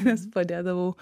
nes padėdavau